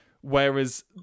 Whereas